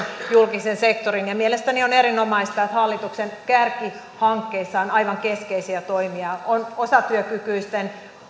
ja julkisen sektorin ja mielestäni on erinomaista että hallituksen kärkihankkeissa on aivan keskeisiä toimia on osatyökykyisten